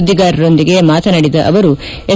ಸುದ್ದಿಗಾರರೊಂದಿಗೆ ಮಾತನಾಡಿದ ಅವರು ಎಸ್